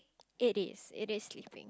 it is it is sleeping